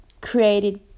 created